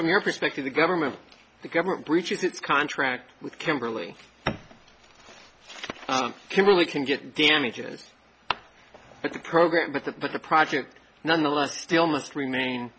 from your perspective the government the government reaches its contract with kimberley kimberley can get damages program with that but the project nonetheless still must remain